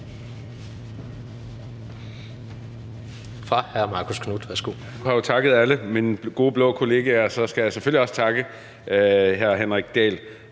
fra hr. Marcus Knuth.